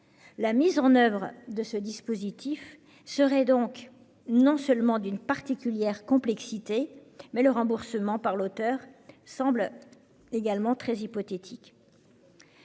La mise en oeuvre de ce dispositif serait donc d'une particulière complexité, et le remboursement par l'auteur semble très hypothétique.